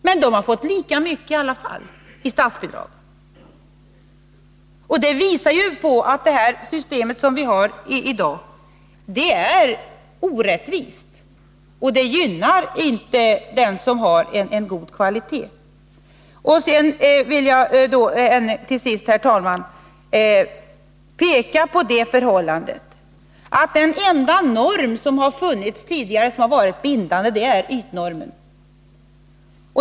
Men den kommunen har i alla fall fått lika mycket i statsbidrag. Det visar att det system som vi i dag har är orättvist. Och det gynnar inte den kommun som har en god kvalitet. Jag vill till sist, herr talman, peka på det förhållandet att den enda norm som tidigare har varit bindande är ytnormen.